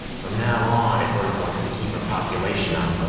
from now on, if earth wants to keep her population up,